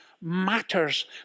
matters